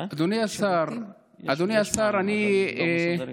יש מים, אבל הם לא מסודרים.